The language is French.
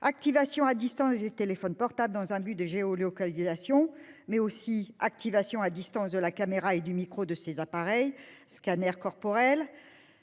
activation à distance des téléphones portables dans un but de géolocalisation, mais aussi activation à distance de la caméra et du micro de ces mêmes téléphones, scanners corporels